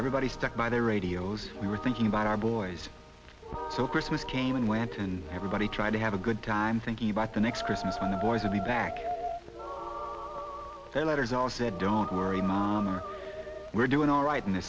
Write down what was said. everybody stuck by their radios we were thinking about our boys so christmas came and went and everybody tried to have a good time thinking about the next christmas on the boys in the back where letters are said don't worry mama we're doing all right in